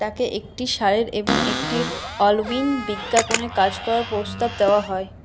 তাকে একটি সারের এবং একটি অলউইন বিজ্ঞাপনে কাজ করার প্রস্তাব দেওয়া হয়